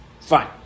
Fine